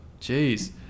Jeez